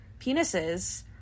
penises